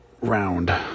round